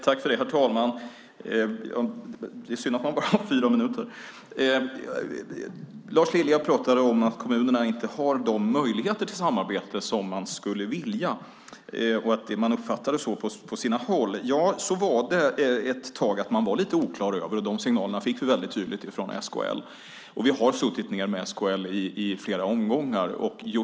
Herr talman! Det är synd att det bara är fyra minuters talartid. Lars Lilja pratade om att kommunerna inte har de möjligheter till samarbete som skulle önskas, om att det uppfattas så på sina håll. Ja, så var det ett tag. Man var lite oklar över detta. Sådana signaler fick vi väldigt tydligt från SKL. I flera omgångar har vi suttit ned och diskuterat med SKL.